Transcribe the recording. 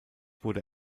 wurde